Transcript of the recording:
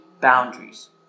boundaries